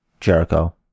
Jericho